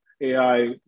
AI